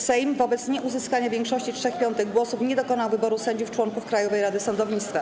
Sejm wobec nieuzyskania większości 3/5 głosów nie dokonał wyboru sędziów członków Krajowej Rady Sądownictwa.